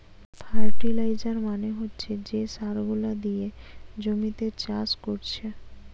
fertiliser মানে হচ্ছে যে সার গুলা দিয়ে জমিতে চাষ কোরছে